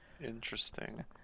Interesting